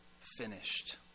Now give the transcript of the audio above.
finished